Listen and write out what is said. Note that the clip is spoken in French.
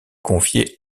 confiée